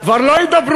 אז כבר לא ידברו.